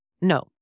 No